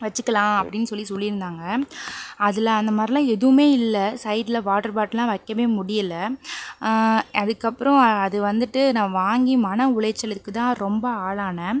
வச்சுக்கலாம் அப்படின்னு சொல்லி சொல்லிருந்தாங்க அதுல அந்தமாதிரிலாம் எதுவுமே இல்லை சைடுல வாட்டர்பாட்டில்லாம் வைக்கவே முடியல அதுக்கப்பறம் அது வந்துட்டு நான் வாங்கி மன உளைச்சலுக்குதான் ரொம்ப ஆளானேன்